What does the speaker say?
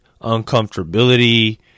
uncomfortability